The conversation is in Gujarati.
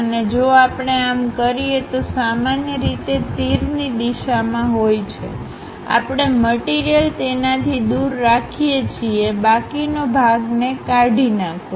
અને જો આપણે આમ કરીએ તો સામાન્ય રીતે તીરની દિશામાં હોય છેઆપણે મટીરીયલતેનાથી દૂર રાખીએ છીએ બાકીનો ભાગ ને કાઢી નાખો